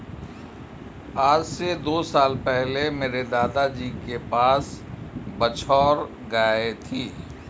आज से दो साल पहले मेरे दादाजी के पास बछौर गाय थी